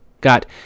got